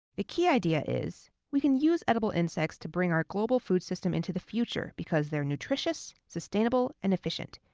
the key idea is, we can use edible insects to bring our global food system into the future because they're nutritious, sustainable, and efficient.